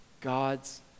God's